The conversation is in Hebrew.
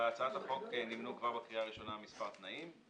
בהצעת החוק נמנו כבר בקריאה הראשונה מספר תנאים.